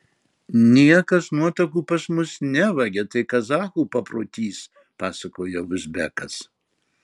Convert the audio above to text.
niekas nuotakų pas mus nevagia tai kazachų paprotys pasakoja uzbekas